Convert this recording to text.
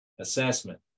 assessment